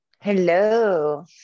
Hello